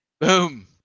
Boom